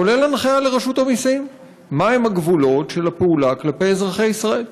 כולל הנחיה לרשות המסים מהם הגבולות של הפעולה כלפי אזרחי ישראל.